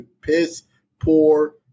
piss-poor